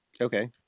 Okay